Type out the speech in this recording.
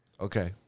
Okay